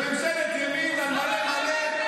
בממשלת ימין על מלא מלא,